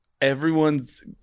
everyone's